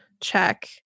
check